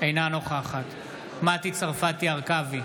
אינה נוכחת מטי צרפתי הרכבי,